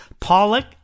Pollock